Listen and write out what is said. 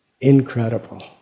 incredible